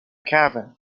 cavan